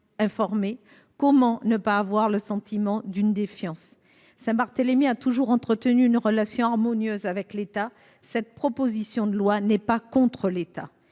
Comment ne pas avoir le sentiment d'une défiance Saint-Barthélemy a toujours entretenu une relation harmonieuse avec l'État. Cette proposition de loi n'est pas contre l'État,